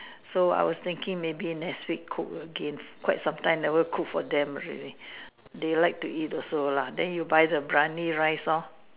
so I was thinking maybe next week cook again quite some time never cook for them already they like to eat also lah the you buy the Biryani rice lor